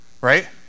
right